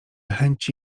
chęci